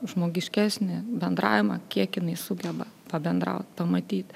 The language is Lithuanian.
žmogiškesnį bendravimą kiek jinai sugeba pabendraut pamatyt